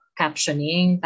captioning